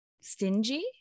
stingy